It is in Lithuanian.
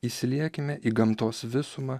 įsiliekime į gamtos visumą